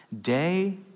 day